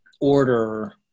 order